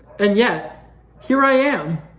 and yet here i am.